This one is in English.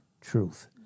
truth